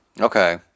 Okay